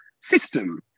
system